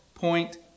Point